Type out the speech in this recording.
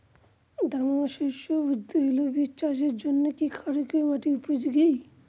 দানাশস্য ও তৈলবীজ চাষের জন্য কি ক্ষারকীয় মাটি উপযোগী?